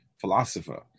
philosopher